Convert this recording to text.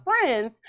friends